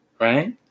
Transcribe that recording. right